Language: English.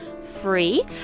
free